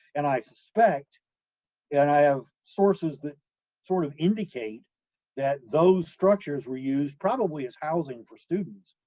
and i suspect and i have sources that sort of indicate that those structures were used probably as housing for students,